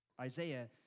Isaiah